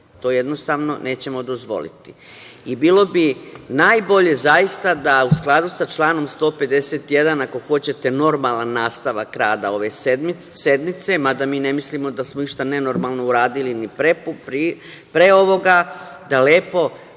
To jednostavno nećemo dozvoliti i bilo bi najbolje zaista da, u skladu sa članom 151, ako hoćete normalan nastavak rada ove sednice, mada mi ne mislimo da smo išta nenormalno uradili ni pre ovoga, lepo